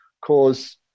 cause